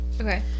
Okay